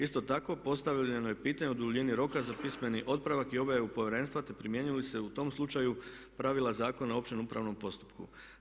Isto tako, postavljeno je pitanje o duljini roka za pismeni otpravak i objavu Povjerenstva, te primjenjuju li se u tom slučaju pravila Zakona o općem upravnom postupku.